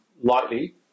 lightly